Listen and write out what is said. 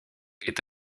est